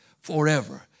forever